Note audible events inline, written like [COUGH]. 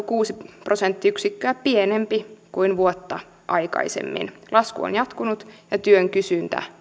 [UNINTELLIGIBLE] kuusi prosenttiyksikköä pienempi kuin vuotta aikaisemmin lasku on jatkunut ja työn kysyntä